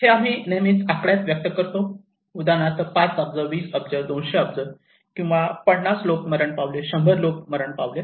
हे आम्ही नेहमीच आकड्यात व्यक्त करतो उदाहरणार्थ 5 अब्ज 20 अब्ज 200 अब्ज किंवा 50 लोक मरण पावले 100 लोक असे मरण पावले